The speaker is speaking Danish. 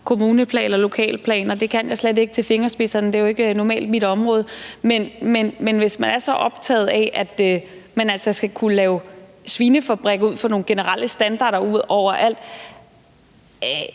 kommuneplaner og lokalplaner – det kan jeg slet ikke til fingerspidserne, for det er jo normalt ikke mit område – men hvis man er så optaget af, at man altså skal kunne lave svinefabrikker ud fra nogle generelle standarder overalt,